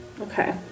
Okay